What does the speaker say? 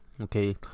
okay